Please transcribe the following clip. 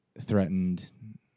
threatened